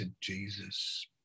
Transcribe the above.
Jesus